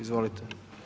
Izvolite.